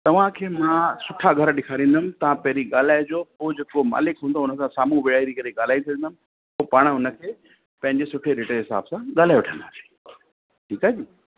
तव्हांखे मां सुठा घर ॾेखारींदमि तव्हां पहिरीं ॻाल्हाइजो पोइ जेको मालिकु हूंदो उन सां साम्हूं वेहारे करे ॻाल्हाए छॾींदमि पोइ पाण उन खे पंहिंजे सुठे रेट जे हिसाब सां ॻाल्हाए वठंदासीं ठीकु आहे जी